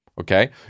okay